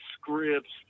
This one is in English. scripts